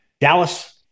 Dallas